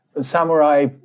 samurai